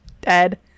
dead